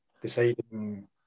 deciding